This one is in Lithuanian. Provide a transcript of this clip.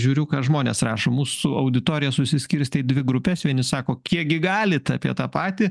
žiūriu ką žmonės rašo mūsų auditorija susiskirstė į dvi grupes vieni sako kiekgi galit apie tą patį